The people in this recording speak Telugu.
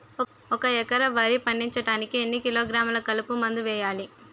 ఒక ఎకర వరి పండించటానికి ఎన్ని కిలోగ్రాములు కలుపు మందు వేయాలి?